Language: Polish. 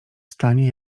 stanie